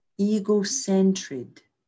egocentric